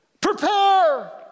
Prepare